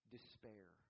Despair